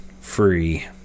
free